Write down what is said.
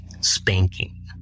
spanking